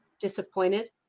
disappointed